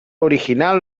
original